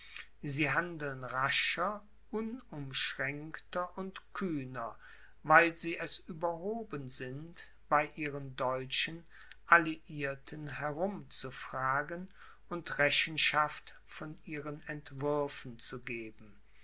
sie handeln rascher unumschränkter und kühner weil sie es überhoben sind bei ihren deutschen alliierten herum zu fragen und rechenschaft von ihren entwürfen zu geben